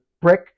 brick